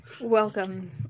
Welcome